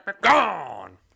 gone